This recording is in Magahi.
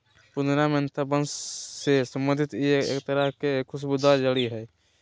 पुदीना मेंथा वंश से संबंधित ई एक तरह के खुशबूदार जड़ी हइ